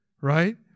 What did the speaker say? Right